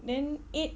then eight